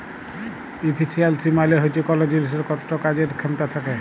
ইফিসিয়ালসি মালে হচ্যে কল জিলিসের কতট কাজের খ্যামতা থ্যাকে